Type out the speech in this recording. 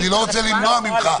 אני לא רוצה למנוע ממך.